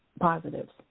positives